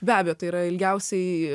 be abejo tai yra ilgiausiai